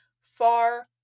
far